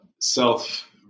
self